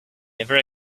never